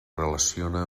relaciona